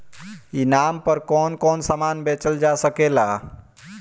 ई नाम पर कौन कौन समान बेचल जा सकेला?